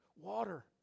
water